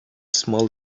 small